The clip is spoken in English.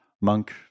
monk